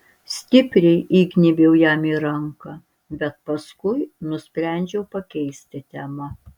stipriai įgnybiau jam į ranką bet paskui nusprendžiau pakeisti temą